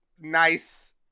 nice